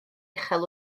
uchel